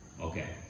Okay